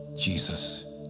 Jesus